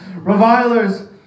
Revilers